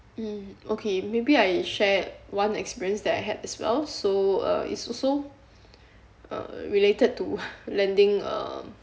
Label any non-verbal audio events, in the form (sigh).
mm okay maybe I share one experience that I had as well so uh it's also uh related to (laughs) lending uh